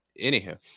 Anywho